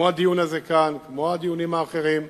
כמו הדיון הזה כאן, כמו הדיונים האחרים,